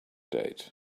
date